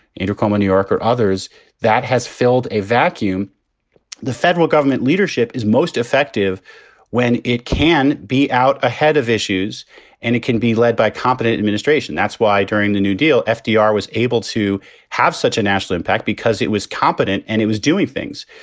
andrew cuomo, new york or others that has filled a vacuum the federal government leadership is most effective when it can be out ahead of issues and it can be led by competent administration. that's why during the new deal, fdr was able to have such a national impact because it was competent and it was doing things.